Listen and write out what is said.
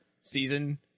season